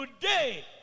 today